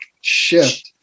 shift